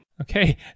Okay